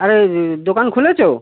আরে দোকান খুলেছ